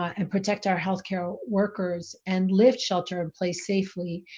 and protect our healthcare workers and lift shelter-in-place safely,